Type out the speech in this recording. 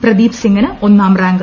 പ്രദീപ് സിംഗിക്ട് ്ങ്നാം റാങ്ക്